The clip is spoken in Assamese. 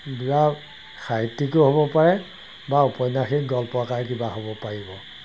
সাহিত্যিকো হ'ব পাৰে বা উপন্যাসিক গল্পকাৰ কিবা হ'ব পাৰিব